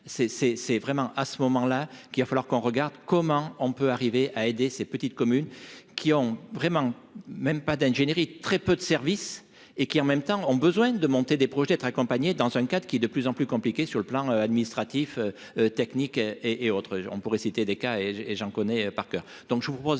c'est vraiment à ce moment-là qu'il va falloir qu'on regarde comment on peut arriver à aider ces petites communes qui ont vraiment, même pas d'ingénierie, très peu de services et qui en même temps, ont besoin de monter des projets, être accompagné dans un 24 qui est de plus en plus compliqué sur le plan administratif, technique et et autres, on pourrait citer des cas et j'ai, j'en connais par coeur,